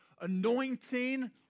anointing